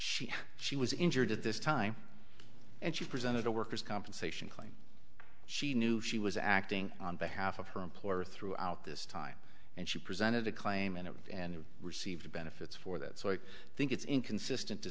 she she was injured at this time and she presented a worker's compensation claim she knew she was acting on behalf of her employer throughout this time and she presented a claim in it and received benefits for that so i think it's inconsistent to